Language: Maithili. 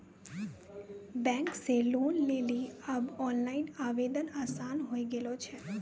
बैंक से लोन लेली आब ओनलाइन आवेदन आसान होय गेलो छै